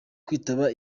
kwitaba